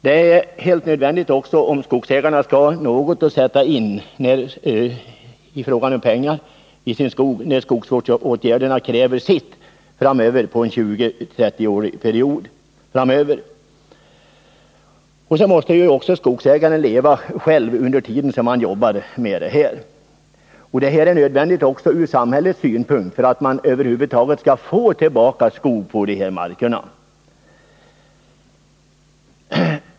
Det är också helt nödvändigt om skogsägarna skall ha några pengar att sätta in i sin skog när skogsvårdsåtgärderna kräver sitt under en 20-30-årsperiod framöver. Skogsägaren måste ju också själv leva under tiden som han jobbar med skogsvårdsåtgärder i skogen. Åtgärden är nödvändig även ur samhällets synpunkt för att skog över huvud taget skall komma tillbaka på de här markerna.